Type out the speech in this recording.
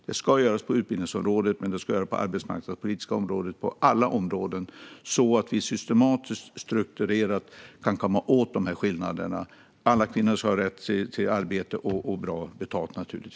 Det ska göras på utbildningsområdet men även på det arbetsmarknadspolitiska området och på alla andra områden så att vi systematiskt och strukturerat kan komma åt dessa skillnader. Alla kvinnor ska naturligtvis ha rätt till arbete och bra betalt.